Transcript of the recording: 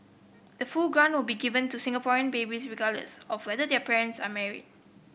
the full grant will be given to Singaporean babies regardless of whether their parents are married